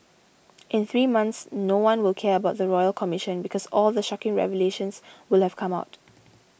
in three months no one will care about the Royal Commission because all the shocking revelations will have come out